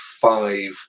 five